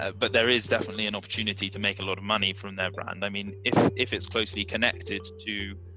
but there is definitely an opportunity to make a lot of money from their brand. i mean, if if it's closely connected to